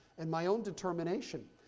and my own determination.